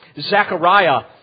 Zechariah